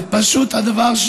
זה פשוט דבר,